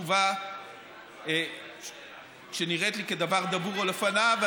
תשובה שנראית לי כדבר דבור על אופניו,